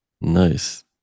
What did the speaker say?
Nice